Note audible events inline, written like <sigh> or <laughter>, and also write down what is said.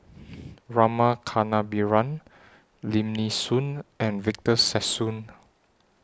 <noise> Rama Kannabiran Lim Nee Soon and Victor Sassoon